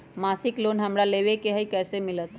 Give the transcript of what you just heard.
मासिक लोन हमरा लेवे के हई कैसे मिलत?